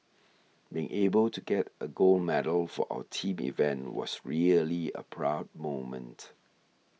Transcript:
being able to get a gold medal for our team event was really a proud moment